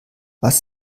was